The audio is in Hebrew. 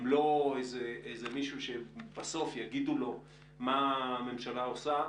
הם לא איזה מישהו שבסוף יגידו לו מה הממשלה עושה.